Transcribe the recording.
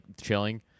chilling